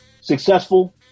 successful